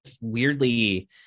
weirdly